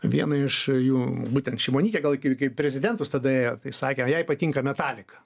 viena iš jų būtent šimonytė gal kai į prezidentus tada ėjo tai sakė jai patinka metalika